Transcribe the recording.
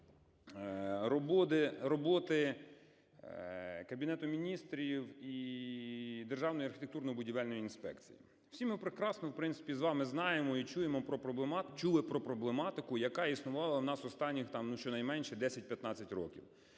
роботи Кабінету Міністрів і Державної архітектурно-будівельної інспекції. Всі ми прекрасно в принципі з вами знаємо і чуємо, чули про проблематику, яка існувала у останні щонайменше 10-15 років.